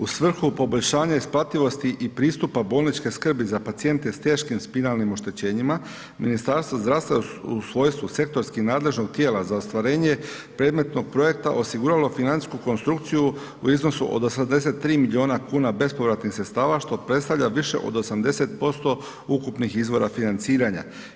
U svrhu poboljšanja isplativosti i pristupa bolničke skrbi za pacijente s teškim spinalnim oštećenjima, Ministarstvo zdravstva je u svojstvu sektorski nadležnog tijela za ostvarenje predmetnog projekta, osiguralo financijsku konstrukciju u iznosu od 83 milijuna kuna bespovratnih sredstava što predstavlja više od 80% ukupnih izvora financiranja.